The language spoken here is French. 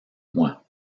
moi